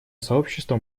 сообщество